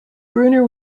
bruner